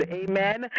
amen